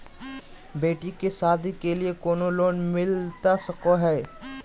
बेटी के सादी के लिए कोनो लोन मिलता सको है?